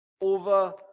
over